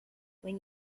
when